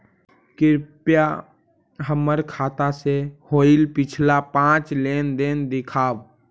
कृपा हमर खाता से होईल पिछला पाँच लेनदेन दिखाव